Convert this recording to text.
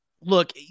look